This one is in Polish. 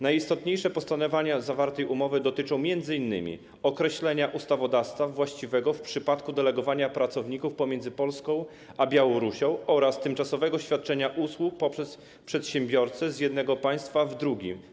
Najistotniejsze postanowienia zawartej umowy dotyczą m.in. określenia ustawodawstwa właściwego w przypadku delegowania pracowników pomiędzy Polską a Białorusią oraz tymczasowego świadczenia usług poprzez przedsiębiorcę z jednego państwa w drugim.